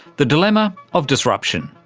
the dilemma of disruption.